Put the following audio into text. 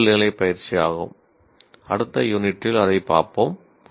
இது முதல் நிலை பயிற்சியாகும் அடுத்த யூனிட்டில் அதைப் பார்ப்போம்